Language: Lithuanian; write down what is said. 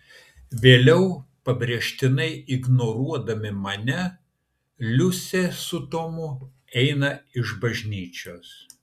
vėliau pabrėžtinai ignoruodami mane liusė su tomu eina iš bažnyčios